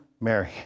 Mary